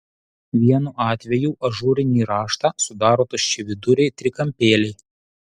vienu atvejų ažūrinį raštą sudaro tuščiaviduriai trikampėliai